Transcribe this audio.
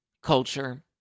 Culture